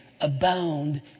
abound